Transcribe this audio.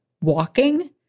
walking